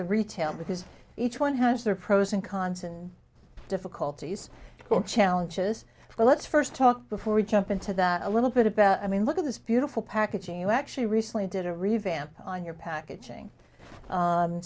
the retail because each one has their pros and cons and difficulties your challenges but let's first talk before we jump into that a little bit about i mean look at this beautiful packaging you actually recently did a revamp on your packaging